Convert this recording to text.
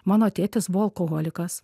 mano tėtis buvo alkoholikas